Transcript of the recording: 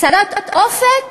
צרת אופק